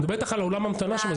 אני מדבר איתך על אולם ההמתנה שם.